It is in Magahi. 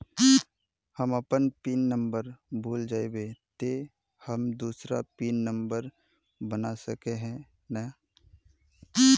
हम अपन पिन नंबर भूल जयबे ते हम दूसरा पिन नंबर बना सके है नय?